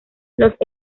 los